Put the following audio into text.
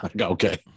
Okay